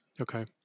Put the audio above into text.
Okay